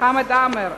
חמד עמאר,